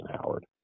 Howard